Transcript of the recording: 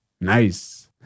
nice